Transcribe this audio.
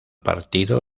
partido